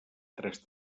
tres